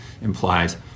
Implies